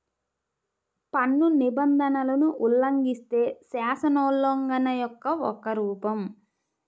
పన్ను నిబంధనలను ఉల్లంఘిస్తే, శాసనోల్లంఘన యొక్క ఒక రూపం